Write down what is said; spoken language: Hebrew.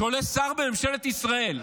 שעולה שר בממשלת ישראל,